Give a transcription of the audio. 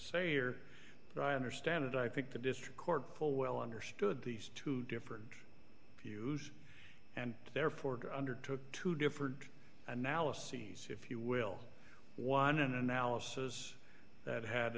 say here right understand it i think the district court poll well understood these two different views and therefore undertook to different analyses if you will one an analysis that had